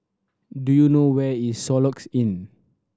do you know where is Soluxe Inn